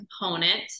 component